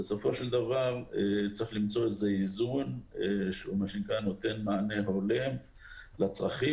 אבל בסופו של דבר צריך למצוא איזה איזון שנותן מענה הולם לצרכים.